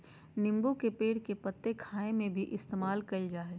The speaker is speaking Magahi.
नींबू के पेड़ के पत्ते खाय में भी इस्तेमाल कईल जा हइ